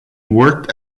worked